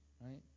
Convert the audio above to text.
right